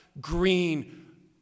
green